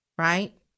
Right